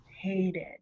hated